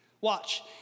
Watch